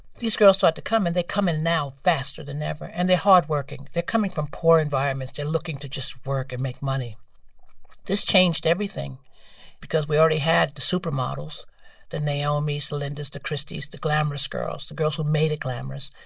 these girls start to come and they come in now faster than ever. and they're hardworking. they're coming from poor environments. they're looking to just work and make money this changed everything because we already had the supermodels the naomis, the lindas, the christies, the glamorous girls, the girls who made it glamorous.